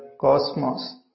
cosmos